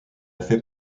fait